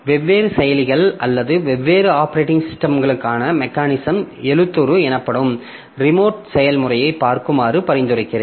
வெவ்வேறு செயலிகள் அல்லது வெவ்வேறு ஆப்பரேட்டிங் சிஸ்டம்களுக்கான மெக்கானிசம் எழுத்துரு எனப்படும் ரிமோட் செயல்முறையைப் பார்க்குமாறு பரிந்துரைக்கிறேன்